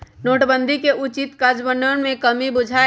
नोटबन्दि के उचित काजन्वयन में कम्मि बुझायल